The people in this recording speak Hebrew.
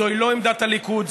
זוהי לא עמדת הליכוד,